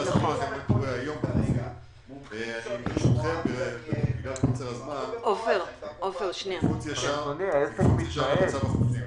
מפאת חוסר הזמן נקפוץ ישר למצב החופים.